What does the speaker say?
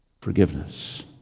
Forgiveness